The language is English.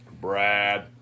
Brad